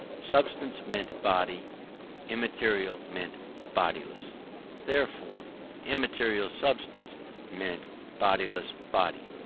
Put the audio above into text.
substance meant body immaterial meant bodiless therefore immaterial substance meant bodiless body.